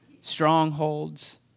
strongholds